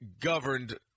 governed –